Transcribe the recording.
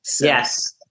Yes